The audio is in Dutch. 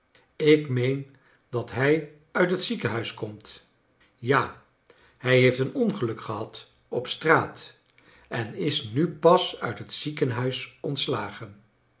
ik meen dat hij uit het ziekenhuis komt ja hij heeft een ongeluk gehad op straat en is nu pas uit het ziekenhuis ontslagen